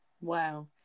Wow